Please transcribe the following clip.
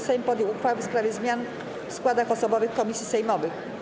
Sejm podjął uchwałę w sprawie zmian w składach osobowych komisji sejmowych.